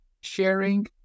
sharing